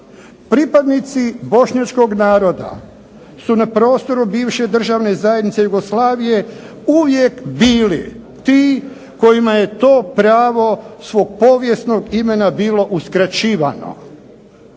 pripadnici bošnjačkog naroda su na prostoru bivše državne zajednice Jugoslavije uvijek bili ti kojima je to pravo svog povijesnog imena bilo uskraćivano.